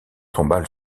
tombale